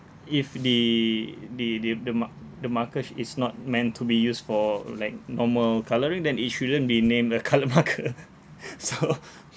if the the the the mark~ the markers is not meant to be used for like normal colouring then it shouldn't be named a coloured marker so